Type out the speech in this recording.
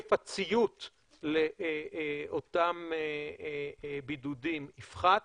היקף הציות לאותם בידודים יפחת,